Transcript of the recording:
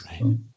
Right